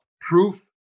proof